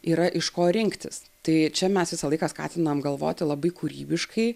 yra iš ko rinktis tai čia mes visą laiką skatinam galvoti labai kūrybiškai